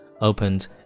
opened